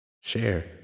share